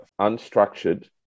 unstructured